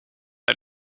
uit